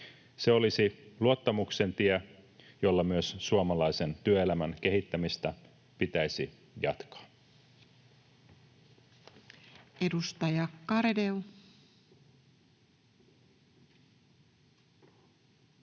Se olisi luottamuksen tie, jolla myös suomalaisen työelämän kehittämistä pitäisi jatkaa. Edustaja Garedew.